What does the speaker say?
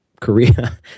Korea